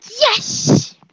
Yes